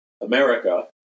America